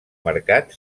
mercat